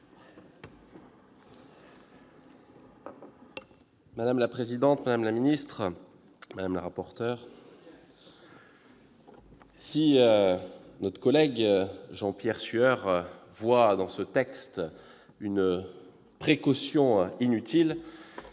Madame la présidente, madame la ministre, madame la rapporteur, si notre collègue Jean-Pierre Sueur voit dans ce texte une précaution inutile,